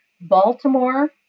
Baltimore